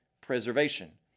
preservation